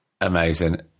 Amazing